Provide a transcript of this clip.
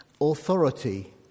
authority